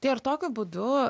tai ar tokiu būdu